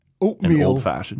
oatmeal